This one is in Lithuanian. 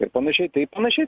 ir pan tai panašiai